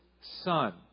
son